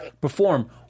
perform